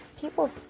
people